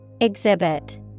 Exhibit